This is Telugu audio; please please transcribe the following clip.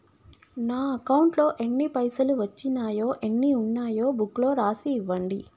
నా అకౌంట్లో ఎన్ని పైసలు వచ్చినాయో ఎన్ని ఉన్నాయో బుక్ లో రాసి ఇవ్వండి?